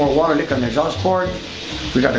water leak on the exhaust port we